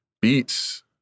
beats